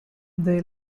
they